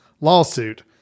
lawsuit